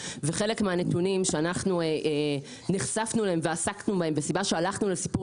וחלק מהנתונים שאנחנו נחשפנו אליהם ועסקנו בהם והסיבה שהלכנו לסיפור